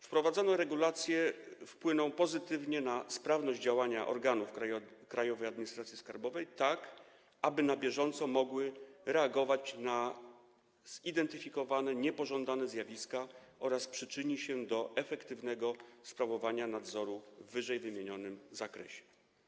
Wprowadzone regulacje wpłyną pozytywnie na sprawność działania organów Krajowej Administracji Skarbowej, aby na bieżąco mogły reagować na zidentyfikowane, niepożądane zjawiska, oraz przyczynią się do efektywnego sprawowania nadzoru w ww. zakresie.